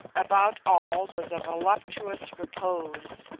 about all was a voluptuous repose.